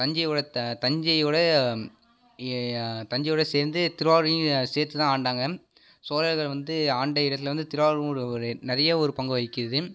தஞ்சையோட த தஞ்சையோட ஏ தஞ்சையோட சேர்ந்து திருவாரூரையும் சேர்த்து தான் ஆண்டாங்க சோழர்கள் வந்து ஆண்ட இடத்தில் வந்து திருவாரூர் ஒரு நிறைய ஒரு பங்கு வகிக்குது